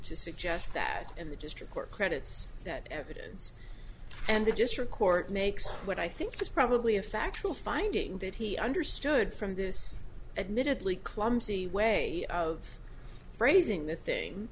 to suggest that in the district court credits that evidence and the district court makes what i think is probably a factual finding that he understood from this admittedly clumsy way of phrasing the thing